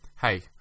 hey